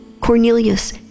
Cornelius